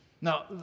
Now